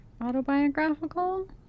autobiographical